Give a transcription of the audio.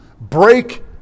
break